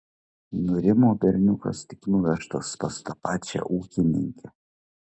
nurimo berniukas tik nuvežtas pas tą pačią ūkininkę